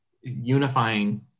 unifying